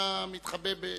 חבר הכנסת טלב אלסאנע,